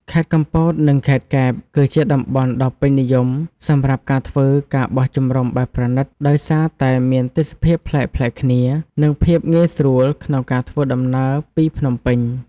ខេត្តកំពត និងខេត្តកែប គឺជាតំបន់ដ៏ពេញនិយមសម្រាប់ការធ្វើ ការបោះជំរំបែបប្រណីត ដោយសារតែមានទេសភាពប្លែកៗគ្នា និងភាពងាយស្រួលក្នុងការធ្វើដំណើរពីភ្នំពេញ។